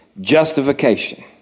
Justification